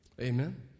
Amen